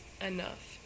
enough